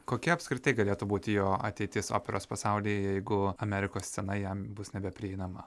kokia apskritai galėtų būti jo ateitis operos pasaulyje jeigu amerikos scena jam bus nebeprieinama